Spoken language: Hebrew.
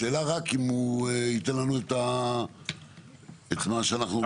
השאלה רק אם הוא ייתן לנו את מה שאנחנו צריכים בעניין.